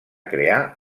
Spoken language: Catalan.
crear